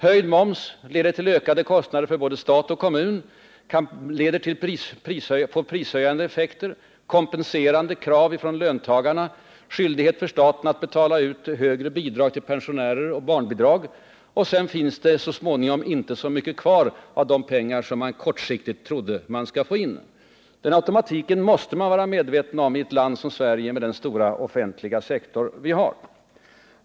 Höjd moms leder till ökade kostnader för både stat och kommun, den får prishöjande effekter, den leder till kompenserande krav från löntagarna och skyldigheter för staten att betala ut högre barnbidrag och högre bidrag till pensionärer. Och då finns det så småningom inte så mycket kvar av de pengar som man kortsiktigt trodde att man skulle få in. Den automatiken måste man vara medveten om i ett land som Sverige med den stora offentliga sektor som vi har.